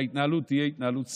שההתנהלות בו תהיה התנהלות סבירה,